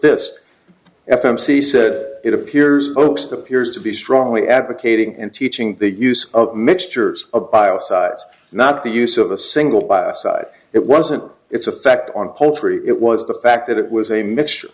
this f m c said it appears most appears to be strongly advocating and teaching the use of mixtures of sides not the use of a single side it wasn't its effect on poultry it was the fact that it was a mixture